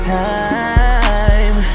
time